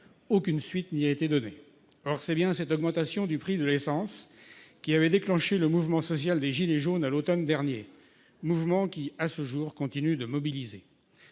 Aucune suite n'y a été donnée ... Or c'est bien cette augmentation des prix de l'essence qui avait déclenché le mouvement social des « gilets jaunes », à l'automne dernier- mouvement qui, à ce jour, continue de mobiliser.